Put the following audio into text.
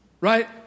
right